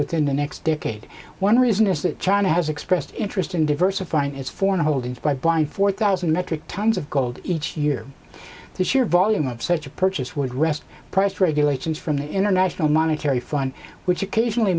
within the next decade one reason is that china has expressed interest in diversifying its foreign holdings by buying four thousand metric tons of gold each year the sheer volume of such a purchase would rest pressed regulations from the international monetary fund which occasionally